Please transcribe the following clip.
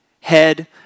head